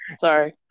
Sorry